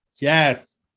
Yes